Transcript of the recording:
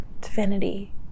divinity